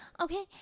Okay